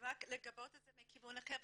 רק לגבות את זה מכיוון אחר,